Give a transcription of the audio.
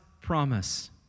promise